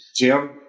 Jim